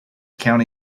county